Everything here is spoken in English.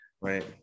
Right